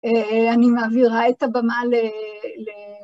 אני מעבירה את הבמה ל...